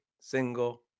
single